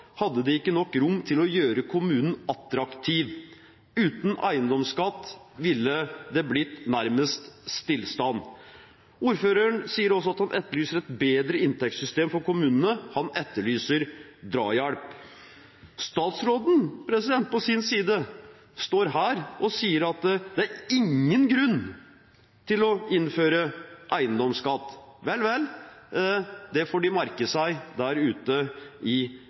hadde de ikke nok rom til å gjøre kommunen attraktiv. Uten eiendomsskatt ville det blitt nærmest stillstand. Ordføreren sier også at han etterlyser et bedre inntektssystem for kommunene, han etterlyser drahjelp. Statsråden, på sin side, står her og sier at det er ingen grunn til å innføre eiendomsskatt. Vel vel, det får de merke seg der ute i